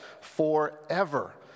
forever